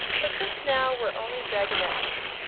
but just now we're only dragonettes.